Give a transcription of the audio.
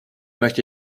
möchte